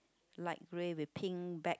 light grey with pink back